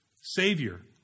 Savior